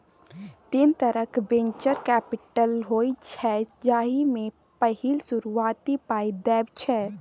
तीन तरहक venture capital होइ छै जाहि मे पहिल शुरुआती पाइ देब छै